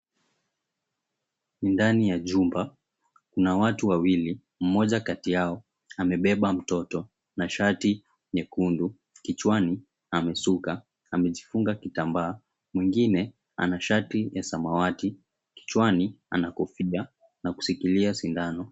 Ni ndani ya jumba kuna watu wawili mmoja kati yao amebeba mtoto na shati nyekundu kichwani amesuka amejifunga kitambaa mwingine ana shati ya samawati kichwani ana kofia na kushikilia sindano.